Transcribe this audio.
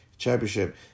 Championship